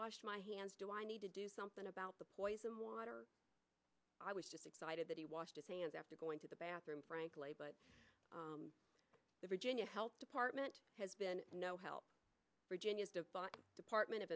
washed my hands do i need to do something about the poisoned water i was just excited that he washed his hands after going to the bathroom frankly but the virginia health department has been no help virginia's department of